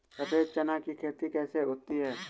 सफेद चना की खेती कैसे होती है?